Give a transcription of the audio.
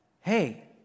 hey